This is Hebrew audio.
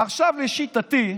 עכשיו, לשיטתי,